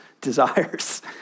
desires